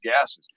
gases